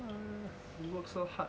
you works so hard